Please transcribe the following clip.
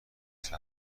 سختی